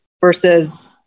versus